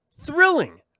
thrilling